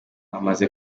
amaze